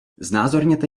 znázorněte